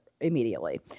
immediately